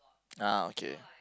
ah okay